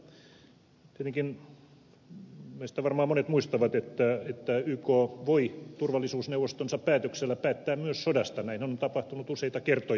tietenkin meistä varmaan monet muistavat että yk voi turvallisuusneuvostonsa päätöksellä päättää myös sodasta näin on tapahtunut useita kertoja